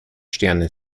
sterne